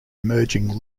emerging